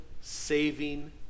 saving